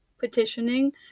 petitioning